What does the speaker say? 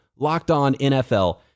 LOCKEDONNFL